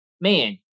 man